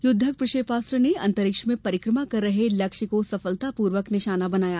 युद्धक प्रक्षेपास्त्र ने अंतरिक्ष में परिक्रमा कर रहे लक्ष्य का सफलतापूर्वक निशाना बनाया